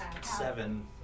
seven